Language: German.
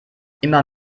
immer